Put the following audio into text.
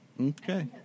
Okay